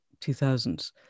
2000s